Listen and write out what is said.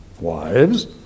wives